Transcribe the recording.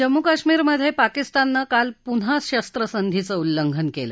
जम्मू आणि काश्मीरमध्ये पाकिस्ताननं काल पुन्हा शस्त्रसंधीचं उल्लंघन केलं